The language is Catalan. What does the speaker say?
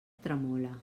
tremola